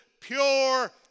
pure